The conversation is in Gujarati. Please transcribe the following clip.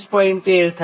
13 થાય